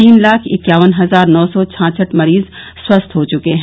तीन लाख इक्यावन हजार नौ सौ छाछठ मरीज स्वस्थ हो चुके हैं